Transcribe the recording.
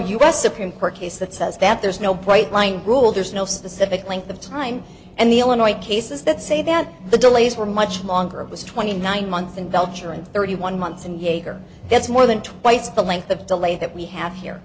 s supreme court case that says that there's no point line rule there's no specific length of time and the illinois case is that say that the delays were much longer it was twenty nine months in belcher and thirty one months and that's more than twice the length of delay that we have here